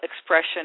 expression